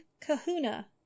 kahuna